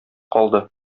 калды